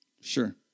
Sure